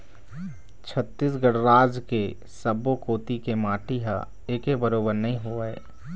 छत्तीसगढ़ राज के सब्बो कोती के माटी ह एके बरोबर नइ होवय